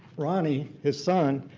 ronnie, his son,